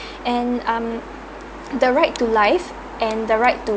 and um the right to live and the right to